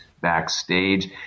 backstage